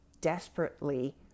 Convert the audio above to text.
desperately